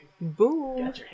Boom